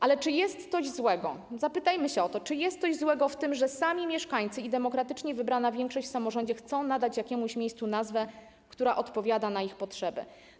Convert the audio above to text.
Ale czy jest coś złego - zapytajmy o to - w tym, że sami mieszkańcy i demokratycznie wybrana większość w samorządzie chcą nadać jakiemuś miejscu nazwę, która odpowiada na ich potrzeby?